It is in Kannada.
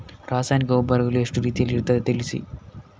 ರಾಸಾಯನಿಕ ಗೊಬ್ಬರಗಳು ಎಷ್ಟು ರೀತಿಯಲ್ಲಿ ಇರ್ತದೆ ತಿಳಿಸಿ?